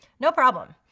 no problem.